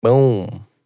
Boom